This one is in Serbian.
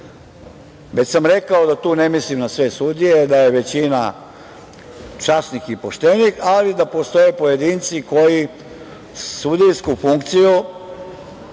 itd. Već sam rekao da tu ne mislim na sve sudije, da je većina časnih i poštenih, ali da postoje pojedinci koji sudijsku funkciju,